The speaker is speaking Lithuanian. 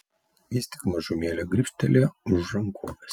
jis tik mažumėlę gribštelėjo už rankovės